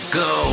go